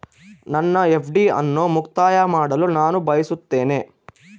ನನ್ನ ಎಫ್.ಡಿ ಅನ್ನು ಮುಕ್ತಾಯ ಮಾಡಲು ನಾನು ಬಯಸುತ್ತೇನೆ